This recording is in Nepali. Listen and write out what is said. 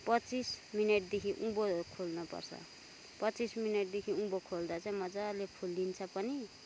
पच्चिस मिनटदेखि उँभो खोल्नुपर्छ पच्चिस मिनटदेखि उँभो खोल्दाखेरि चाहिँ मज्जाले फुल्लिन्छ पनि